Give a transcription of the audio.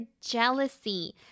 jealousy